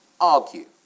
argue